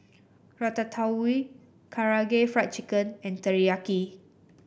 Ratatouille Karaage Fried Chicken and Teriyaki